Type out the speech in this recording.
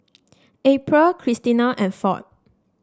April Christena and Ford